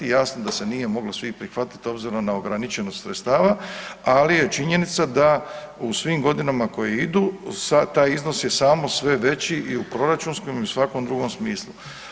Jasno da se nije moglo svih prihvatiti obzirom na ograničenost sredstava, ali je činjenica da u svim godinama koje idu sad taj iznos je samo sve veći i u proračunskom i u svakom drugom smislu.